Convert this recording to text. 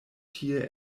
tie